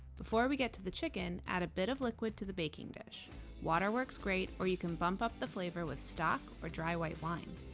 before we get to the chicken add a bit of liquid to the baking dish water works great or you can bump up the flavor with stock or dry white wine.